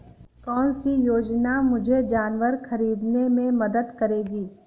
कौन सी योजना मुझे जानवर ख़रीदने में मदद करेगी?